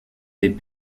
des